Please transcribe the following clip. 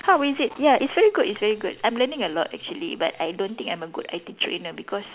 how is it ya it's very good it's very good I'm learning a lot actually but I don't think I'm a good I_T trainer because